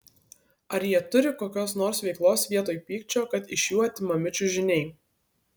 ar jie turi kokios nors veiklos vietoj pykčio kad iš jų atimami čiužiniai